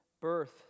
birth